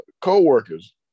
co-workers